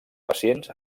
pacients